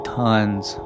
tons